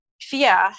fear